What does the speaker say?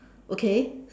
okay